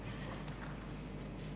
אדוני.